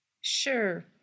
Sure